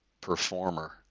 performer